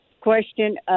Question